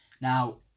Now